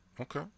Okay